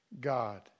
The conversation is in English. God